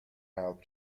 helped